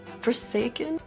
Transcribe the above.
forsaken